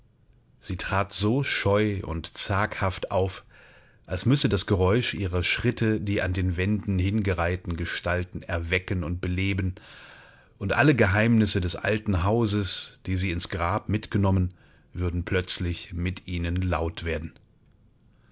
sie trat so scheu und zaghaft auf als müsse das geräusch ihrer schritte die an den wänden hingereihten gestalten erwecken und beleben und alle geheimnisse des alten hauses die sie ins grab mitgenommen würden plötzlich mit ihnen laut werden